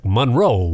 Monroe